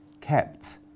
kept